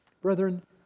Brethren